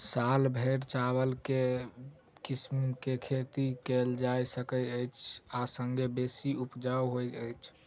साल भैर चावल केँ के किसिम केँ खेती कैल जाय सकैत अछि आ संगे बेसी उपजाउ होइत अछि?